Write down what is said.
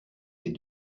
ces